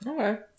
Okay